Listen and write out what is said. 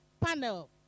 panel